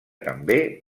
també